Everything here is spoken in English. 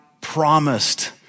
Promised